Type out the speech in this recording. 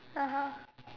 (uh huh)